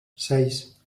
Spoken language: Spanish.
seis